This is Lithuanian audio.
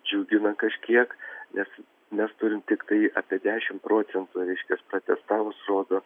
džiugina kažkiek nes mes turim tiktai apie dešimt procentų reiškias pratestavus rodo